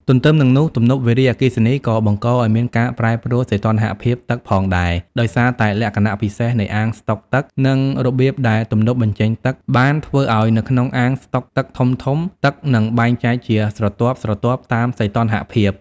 ទន្ទឹមនឹងនោះ ទំនប់វារីអគ្គិសនីក៏បង្កឱ្យមានការប្រែប្រួលសីតុណ្ហភាពទឹកផងដែរ ដោយសារតែលក្ខណៈពិសេសនៃអាងស្តុកទឹក និងរបៀបដែលទំនប់បញ្ចេញទឹក បានធ្វើឲ្យនៅក្នុងអាងស្តុកទឹកធំៗ ទឹកនឹងបែងចែកជាស្រទាប់ៗតាមសីតុណ្ហភាព។